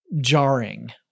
jarring